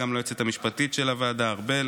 גם ליועצת המשפטית של הוועדה ארבל.